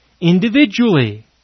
individually